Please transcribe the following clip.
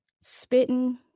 spitting